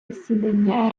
засідання